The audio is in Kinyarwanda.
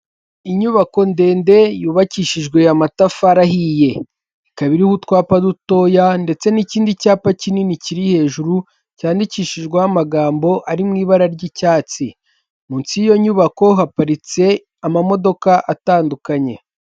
Inyubako ndende yubakishijwe amatafari ahiye ikaba iriho utwapa dutoya ndetse n'ikindi cyapa kinini kiri hejuru cyandikishijweho amagambo ari mu ibara ry'icyatsi, munsi y'iyo nyubako haparitse amamodoka atandukanye.